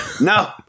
no